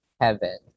heaven